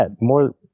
more